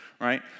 right